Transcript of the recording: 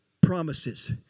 promises